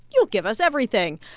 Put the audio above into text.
you'll give us everything.